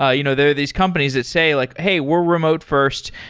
ah you know there are these companies that say like, hey, we're remote first.